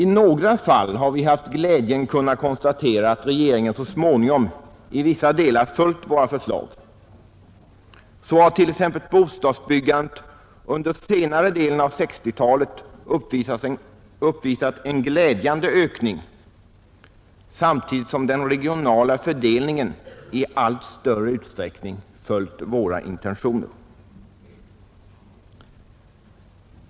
I några fall har vi haft glädjen att kunna konstatera att regeringen så småningom i vissa delar följt våra förslag. Så har t.ex. bostadsbyggandet under senare delen av 1960-talet uppvisat en glädjande ökning, samtidigt som man i den regionala fördelningen i allt större utsträckning följt våra intentioner.